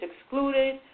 excluded